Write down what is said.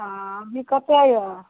हँ अभी कतए यऽ